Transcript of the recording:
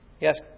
Yes